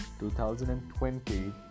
2020